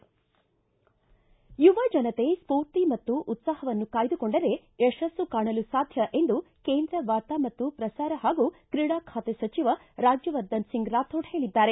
ಯುವ ಜನತೆ ಸ್ಫೂರ್ತಿ ಮತ್ತು ಉತ್ಸಾಪವನ್ನು ಕಾಯ್ದುಕೊಂಡರೆ ಯಶಸ್ಸು ಕಾಣಲು ಸಾಧ್ಯ ಎಂದು ಕೇಂದ್ರ ವಾರ್ತಾ ಮತ್ತು ಪ್ರಸಾರ ಹಾಗೂ ತ್ರೀಡಾ ಖಾತೆ ಸಚಿವ ರಾಜ್ಯವರ್ಧನಸಿಂಗ್ ರಾಥೋಡ ಹೇಳಿದ್ದಾರೆ